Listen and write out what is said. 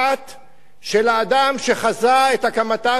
של האדם שחזה את הקמתה של מדינת היהודים,